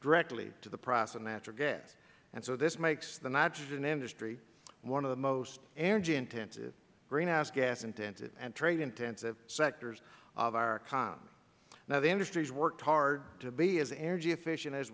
directly to the price of natural gas and so this makes the nitrogen industry one of the most energy intensive greenhouse gas intensive and trade intensive sectors of our economy now the industry has worked hard to be as